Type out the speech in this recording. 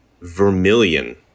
Vermilion